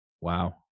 Wow